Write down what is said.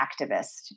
activist